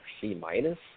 C-minus